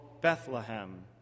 Bethlehem